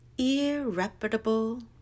Irreparable